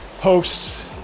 posts